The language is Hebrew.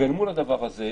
אל מול הדבר הזה,